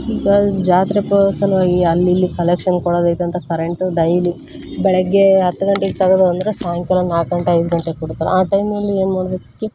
ಈಗ ಅಲ್ಲಿ ಜಾತ್ರೆಕ ಸಲುವಾಗಿ ಅಲ್ಲಿ ಇಲ್ಲಿ ಕಲೆಕ್ಷನ್ ಕೊಡೋದೈತಂತ ಕರೆಂಟು ಡೈಲಿ ಬೆಳಗ್ಗೆ ಹತ್ತು ಗಂಟೆಗೆ ತೆಗದ್ರಂದ್ರ ಸಾಯಂಕಾಲ ನಾಲ್ಕು ಗಂಟೆ ಐದು ಗಂಟೆ ಕೊಡ್ತಾರ ಆ ಟೈಮ್ನಲ್ಲಿ ಏನು ಮಾಡ್ಬೇಕು